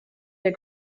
der